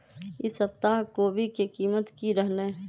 ई सप्ताह कोवी के कीमत की रहलै?